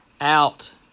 out